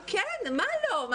כן, מה לא?